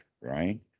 right